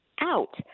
out